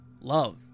love